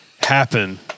happen